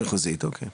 הוועדה המחוזית, אוקיי.